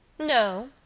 no,